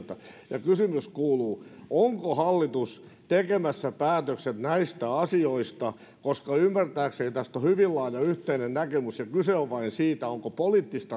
ja kysymys kuuluu onko hallitus tekemässä päätökset näistä asioista koska ymmärtääkseni tästä on hyvin laaja yhteinen näkemys ja kyse on vain siitä onko poliittista